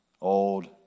old